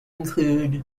include